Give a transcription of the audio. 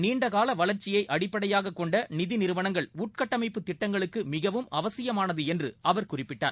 நீண்டகால வளர்ச்சியை அடிப்படையாக கொண்ட நிதி நிறுவனங்கள் உள்கட்டமைப்பு திட்டங்களுக்கு மிகவும் அவசியமானது என்று அவர் குறிப்பிட்டார்